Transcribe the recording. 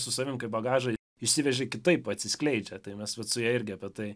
su savim kaip bagažą išsiveži kitaip atsiskleidžia tai mes vat su ja irgi apie tai